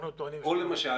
או למשל,